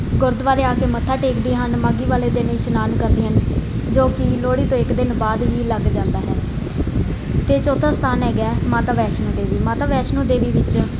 ਗੁਰਦੁਆਰੇ ਆ ਕੇ ਮੱਥਾ ਟੇਕਦੀਆਂ ਹਨ ਮਾਘੀ ਵਾਲੇ ਦਿਨ ਇਸ਼ਨਾਨ ਕਰਦੀਆਂ ਨੇ ਜੋ ਕਿ ਲੋਹੜੀ ਤੋਂ ਇੱਕ ਦਿਨ ਬਾਅਦ ਹੀ ਲੱਗ ਜਾਂਦਾ ਹੈ ਅਤੇ ਚੌਥਾ ਸਥਾਨ ਹੈਗਾ ਮਾਤਾ ਵੈਸ਼ਨੂੰ ਮਾਤਾ ਵੈਸ਼ਨੋ ਦੇਵੀ ਵਿੱਚ